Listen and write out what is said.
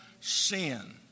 sin